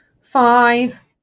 Five